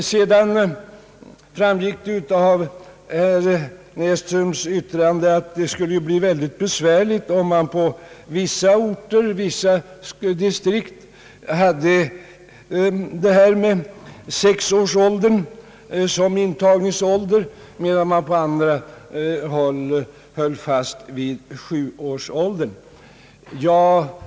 Det framgick av herr Näsströms anförande att det skulle bli mycket besvärligt om man i vissa distrikt satte intagningsåldern till sex år, medan man i andra höll fast vid sjuårsåldern.